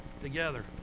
together